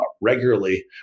regularly